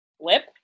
lip